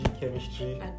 chemistry